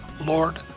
Lord